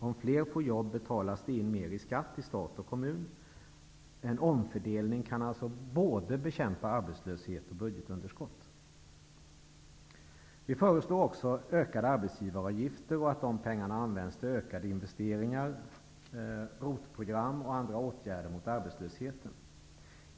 Om fler får jobb betalas det in mer skatt till stat och kommun. En omfördelning kan alltså minska både arbetslösheten och budgetunderskottet. Vi föreslår också ökade arbetsgivaravgifter och att dessa pengar används till ökade investeringar, ROT-program och andra åtgärder mot arbetslösheten.